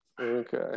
okay